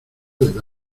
del